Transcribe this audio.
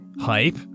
Hype